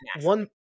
one